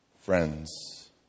Friends